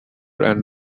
and